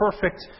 perfect